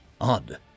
odd